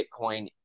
Bitcoin